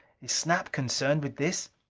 is snap concerned with this?